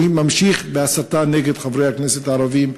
הוא ממשיך בהסתה נגד חברי הכנסת הערבים,